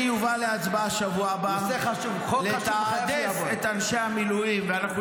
נושא חשוב, חוק חשוב, וחייבים שהוא יעבור.